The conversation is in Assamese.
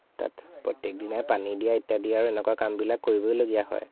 তাত প্ৰত্যেকদিনাই পানী দিয়া ইত্যাদি আৰু এনেকুৱা কামবিলাক কৰিবই লগীয়া হয়